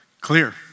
clear